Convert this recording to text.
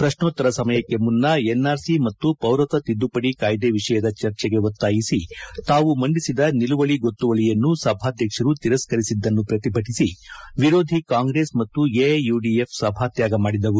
ಪ್ರಶ್ನೋತ್ತರ ಸಮಯಕ್ಕೆ ಮುನ್ನ ಎನ್ಆರ್ಸಿ ಮತ್ತು ಪೌರತ್ವ ತಿದ್ದುಪದಿ ಕಾಯ್ದೆ ವಿಷಯದ ಚರ್ಚೆಗೆ ಒತ್ತಾಯಿಸಿ ತಾವು ಮಂಡಿಸಿದ ನಿಲುವಳಿ ಗೊತ್ತುವಳಿಯನ್ನು ಸಭಾಧ್ಯಕ್ಷರು ತಿರಸ್ಕರಿಸಿದ್ದನ್ನು ಪ್ರತಿಭಟಿಸಿ ವಿರೋಧಿ ಕಾಂಗ್ರೆಸ್ ಮತ್ತು ಎಐಯುದಿಎಫ್ ಸಭಾತ್ಯಾಗ ಮಾದಿದವು